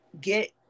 get